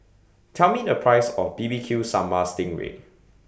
Tell Me The Price of B B Q Sambal Sting Ray